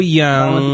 young